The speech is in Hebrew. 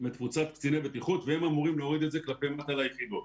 לתפוצת קציני בטיחות והם אמורים להוריד את זה כלפי מטה ליחידות.